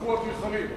לקחו אדריכלים,